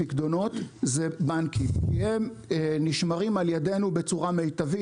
זה בנקים כי הם נשמרים על ידינו בצורה מיטבית,